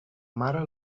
mare